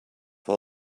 for